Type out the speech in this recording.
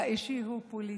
האישי הוא הפוליטי.